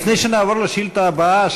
לפני שנעבור לשאילתה הבאה,